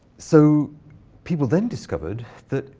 so people then discovered that